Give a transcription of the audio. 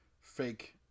fake